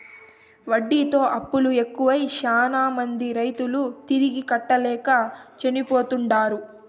వడ్డీతో అప్పులు ఎక్కువై శ్యానా మంది రైతులు తిరిగి కట్టలేక చనిపోతుంటారు